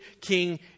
king